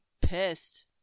pissed